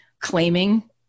claiming